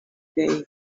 day